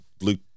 luke